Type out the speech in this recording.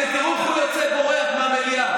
תראו איך הוא יוצא, בורח מהמליאה.